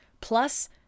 plus